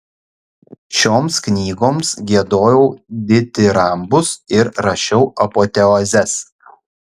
šioms knygoms giedojau ditirambus ir rašiau apoteozes